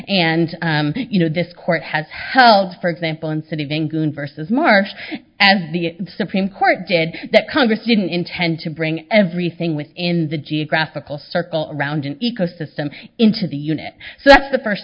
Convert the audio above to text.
and you know this court has held for example in city of england versus marsh as the supreme court did that congress didn't intend to bring everything within the geographical circle around an ecosystem into the unit so that's the first